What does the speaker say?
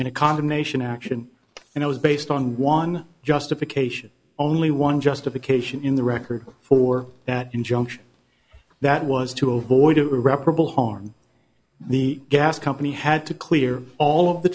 in a condemnation action and it was based on one justification only one justification in the record for that injunction that was to avoid irreparable harm the gas company had to clear all of the